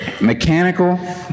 Mechanical